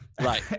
right